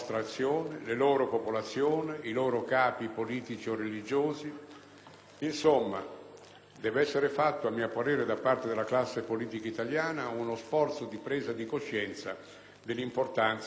Insomma, deve essere fatto a mio parere da parte dalla classe politica italiana uno sforzo di presa di coscienza dell'importanza della partecipazione italiana a queste missioni